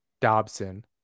Dobson